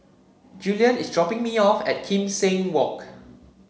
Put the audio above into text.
Juliann is dropping me off at Kim Seng Walk